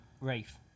Rafe